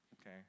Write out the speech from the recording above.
okay